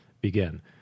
begin